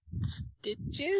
Stitches